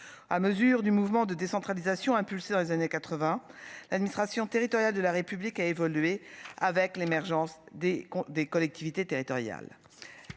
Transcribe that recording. à mesure du mouvement de décentralisation impulser dans les années 80 l'administration territoriale de la République a évolué avec l'émergence des cons, des collectivités territoriales,